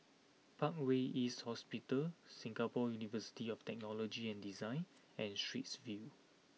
Parkway East Hospital Singapore University of Technology and Design and Straits View